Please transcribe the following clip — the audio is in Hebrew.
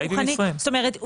קרן: זאת אומרת,